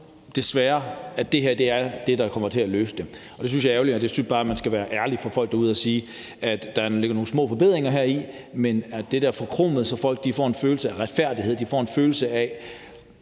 ikke på, at det her er det, der kommer til at løse det. Det synes jeg er ærgerligt, og jeg synes bare, at man skal være ærlig over for folk derude og sige, at der ligger nogle små forbedringer i det, men den der forkromede løsning, som gør, at folk får en følelse af retfærdighed, en følelse af,